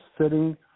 sitting